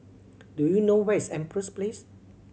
do you know where is Empress Place